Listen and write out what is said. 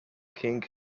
king